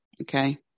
Okay